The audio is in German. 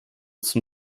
zum